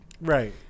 Right